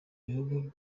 ibihugu